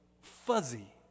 fuzzy